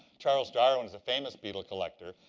charles darwin was a famous beetle collector.